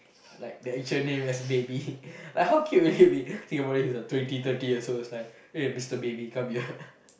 like the actual name just Baby like how cute will it be think about it he's a twenty thirty years old is like hey Mister Baby come here